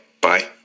Bye